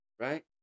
Right